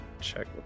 check